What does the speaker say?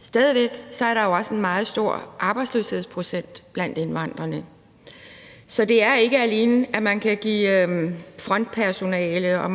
Stadig væk er der jo også en meget stor arbejdsløshedsprocent blandt indvandrerne. Så det er ikke alene, at man